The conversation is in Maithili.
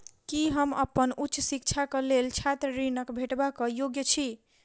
की हम अप्पन उच्च शिक्षाक लेल छात्र ऋणक भेटबाक योग्य छी?